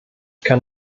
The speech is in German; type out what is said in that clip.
kann